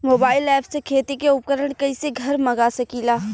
Mobile ऐपसे खेती के उपकरण कइसे घर मगा सकीला?